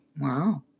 Wow